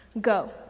Go